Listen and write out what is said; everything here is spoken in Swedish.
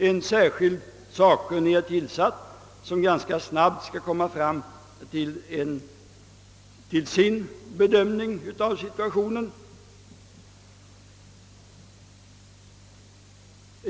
En särskild sakkunnig är tillsatt och väntas ganska snabbt avge ett yttrande med sin bedömning av situationen.